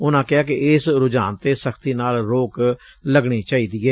ਉਨੂਾਂ ਕਿਹਾ ਕਿ ਇਸ ਰੁਝਾਨ ਤੇ ਸ਼ਖਤੀ ਨਾਲ ਰੋਕ ਲੱਗਣੀ ਚਾਹੀਦੀ ਏ